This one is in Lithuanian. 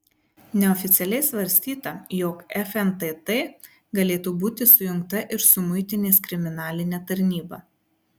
neoficialiai svarstyta jog fntt galėtų būti sujungta ir su muitinės kriminaline tarnyba